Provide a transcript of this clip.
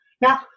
now